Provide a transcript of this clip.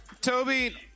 Toby